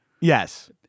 Yes